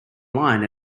line